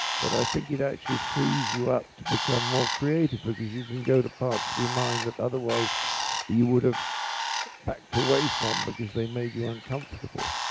but i think it actually frees you up to become more creative because you can go to parts of your mind that otherwise you would have backed away from because they made you uncomfortable.